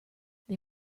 they